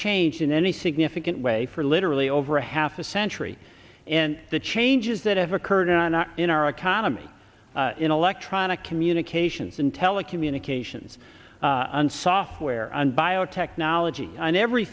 changed in any significant way for literally over half a century and the changes that have occurred are not in our economy in electronic communications in telecommunications and software and biotechnology and every